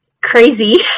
crazy